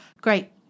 Great